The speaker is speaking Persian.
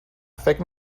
فکر